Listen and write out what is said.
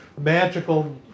magical